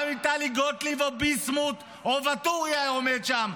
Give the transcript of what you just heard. גם אם טלי גוטליב או ביסמוט או ואטורי היו עומדים שם,